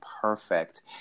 perfect